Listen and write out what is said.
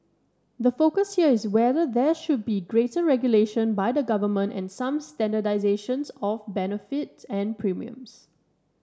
the focus here is whether there should be greater regulation by the government and some standardisation of benefits and premiums